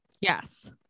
Yes